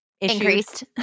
Increased